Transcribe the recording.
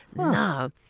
now,